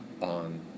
on